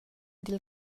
dil